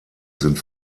sind